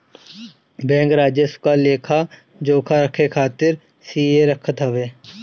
bank राजस्व क लेखा जोखा रखे खातिर सीए रखत हवे